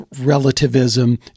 relativism